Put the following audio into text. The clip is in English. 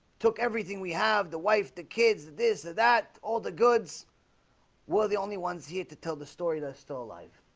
took everything we have the wife the kids this and that all the goods were the only ones yet to tell the story that's still alive